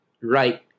right